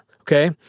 okay